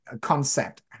concept